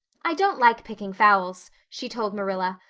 i don't like picking fowls, she told marilla,